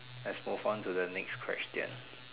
let's move on to the next question